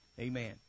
Amen